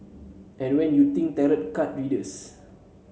and when you think tarot card readers